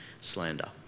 slander